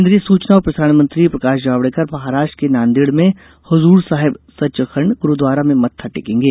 केंद्रीय सूचना और प्रसारण मंत्री प्रकाश जावेडकर महाराष्ट्र के नांदेड़ में हजूर साहेब सचखंड ग्रुद्वारा में मत्था टेकेंगे